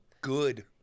good